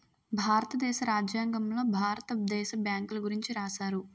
భారతదేశ రాజ్యాంగంలో భారత దేశ బ్యాంకుల గురించి రాశారు